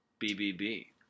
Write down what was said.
BBB